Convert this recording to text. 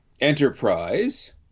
enterprise